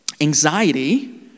anxiety